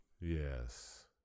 Yes